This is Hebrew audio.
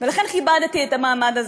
ולכן כיבדתי את המעמד הזה.